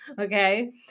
Okay